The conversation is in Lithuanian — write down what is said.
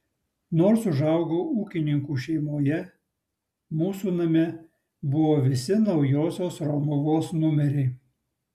nors užaugau ūkininkų šeimoje mūsų name buvo visi naujosios romuvos numeriai